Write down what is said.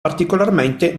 particolarmente